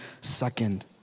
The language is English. second